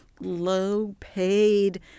low-paid